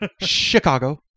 Chicago